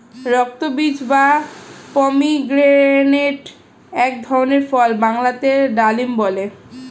রক্তবীজ বা পমিগ্রেনেটক এক ধরনের ফল বাংলাতে ডালিম বলে